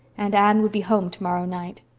and anne would be home tomorrow night.